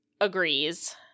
agrees